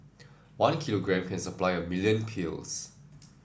one kilogram can supply a million pills